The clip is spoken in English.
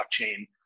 blockchain